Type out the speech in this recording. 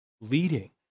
leading